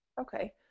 Okay